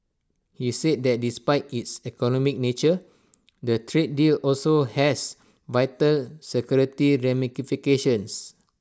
he said that despite its economic nature the trade deal also has vital security ramifications